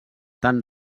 tant